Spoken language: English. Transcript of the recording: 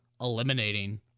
eliminating